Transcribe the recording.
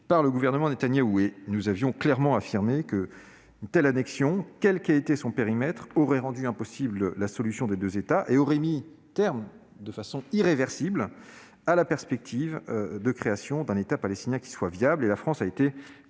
par le gouvernement Netanyahu. Nous avions alors clairement affirmé qu'une telle annexion, quel que fût son périmètre, aurait rendu impossible la solution des deux États et mis un terme de façon irréversible à la perspective de création d'un État palestinien viable. La France a été